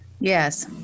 Yes